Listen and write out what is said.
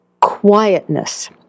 quietness